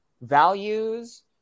values